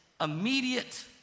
immediate